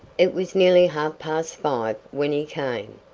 it was nearly half-past five when he came,